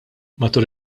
matul